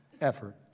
effort